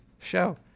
show